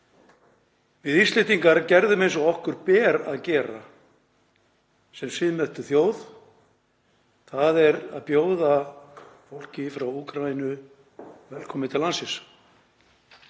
Við Íslendingar gerðum eins og okkur ber að gera sem siðmenntuð þjóð, það er að bjóða fólk frá Úkraínu velkomið til landsins.